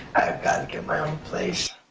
i've got to get my own place.